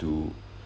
to